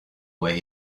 where